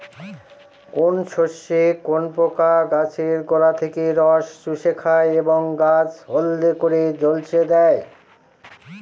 কোন শস্যে কোন পোকা গাছের গোড়া থেকে রস চুষে খায় এবং গাছ হলদে করে ঝলসে দেয়?